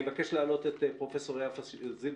אני מבקש להעלות את פרופ' יפה זילברשץ,